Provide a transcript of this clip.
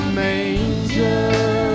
manger